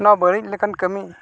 ᱱᱚᱣᱟ ᱵᱟᱹᱲᱤᱡ ᱞᱮᱠᱟᱱ ᱠᱟᱹᱢᱤ